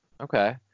Okay